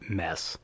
mess